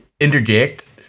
interject